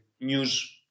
news